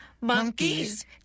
monkeys